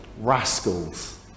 rascals